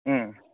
ओम